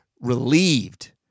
relieved